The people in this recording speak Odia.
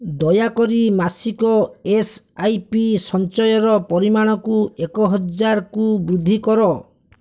ଦୟାକରି ମାସିକ ଏସ୍ ଆଇ ପି ସଞ୍ଚୟର ପରିମାଣକୁ ଏକହଜାରକୁ ବୃଦ୍ଧି କର